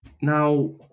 now